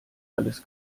alles